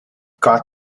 got